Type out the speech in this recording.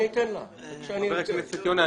חבר הכנסת יונה,